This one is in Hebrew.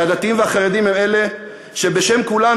הרי הדתיים והחרדים הם אלה שבשם כולנו,